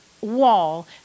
wall